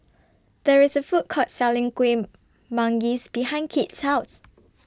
There IS A Food Court Selling Kueh Manggis behind Kit's House